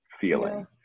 feeling